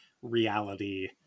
reality